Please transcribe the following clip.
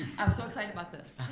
i'm so excited about this,